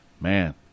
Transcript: Man